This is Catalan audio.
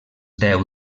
deu